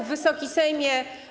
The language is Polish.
Wysoki Sejmie!